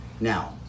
Now